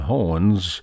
Horns